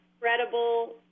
credible